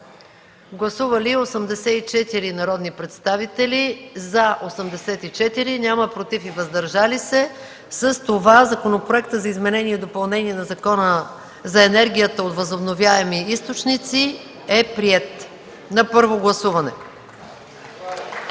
Гласували 84 народни представители: за 84, против и въздържали се няма. С това Законопроектът за изменение и допълнение на Закона за енергията от възобновяеми източници е приет на първо гласуване.